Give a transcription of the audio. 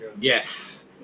Yes